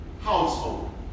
household